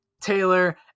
taylor